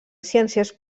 ciències